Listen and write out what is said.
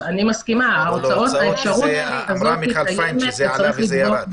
מיכל פיין אמרה שזה עלה וירד.